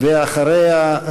אחריה,